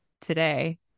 today